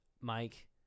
Mike